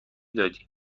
دادی